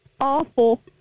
awful